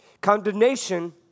Condemnation